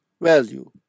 value